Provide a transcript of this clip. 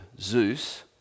Zeus